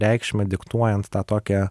reikšmę diktuojant tą tokią